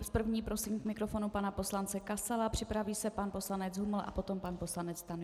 S první prosím k mikrofonu pana poslance Kasala, připraví se pan poslanec Huml, potom pan poslanec Stanjura.